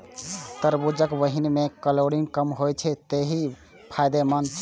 तरबूजक बीहनि मे कैलोरी कम होइ छै, तें ई फायदेमंद छै